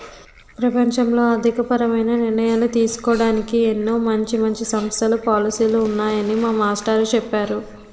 ప్రపంచంలో ఆర్థికపరమైన నిర్ణయాలు తీసుకోడానికి ఎన్నో మంచి మంచి సంస్థలు, పాలసీలు ఉన్నాయని మా మాస్టారు చెప్పేరు